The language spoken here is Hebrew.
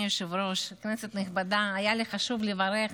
אדוני היושב-ראש, כנסת נכבדה, היה לי חשוב לברך